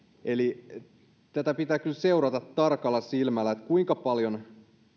eli tätä pitää kyllä seurata tarkalla silmällä että kuinka paljon